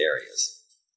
areas